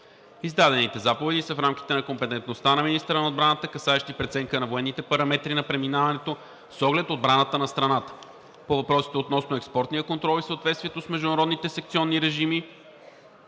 Издадените заповеди са в рамките на компетентността на министъра на отбраната, касаещи преценка на военните параметри на преминаването с оглед отбраната на страната. По въпросите относно експортния контрол и съответствието с международните секционни режими,